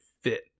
fit